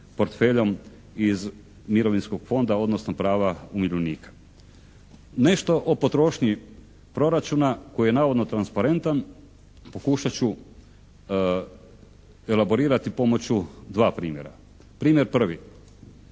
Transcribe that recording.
iz mirovinskog fonda, odnosno prava umirovljenika. Nešto o potrošnji proračuna koji je navodno transparentan pokušat ću elaborirati pomoću dva primjera. Primjer prvi.